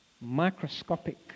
microscopic